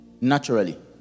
naturally